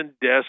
deaths